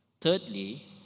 Thirdly